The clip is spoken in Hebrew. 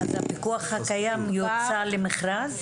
הפיקוח הקיים יוצא למכרז?